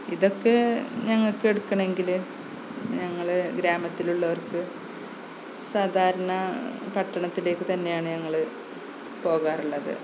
ഇതൊക്കെ ഞങ്ങള്ക്ക് എടുക്കണമെങ്കില് ഞങ്ങള് ഗ്രാമത്തിലുള്ളവർക്ക് സാധാരണ പട്ടണത്തിലേക്ക് തന്നെയാണ് ഞങ്ങള് പോകാറുള്ളത്